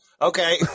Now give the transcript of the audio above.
Okay